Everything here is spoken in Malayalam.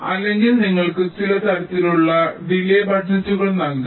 അല്ലെങ്കിൽ നിങ്ങൾക്ക് ചില തരത്തിലുള്ള ഡിലെ ബജറ്റുകൾ നൽകാം